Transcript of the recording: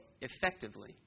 effectively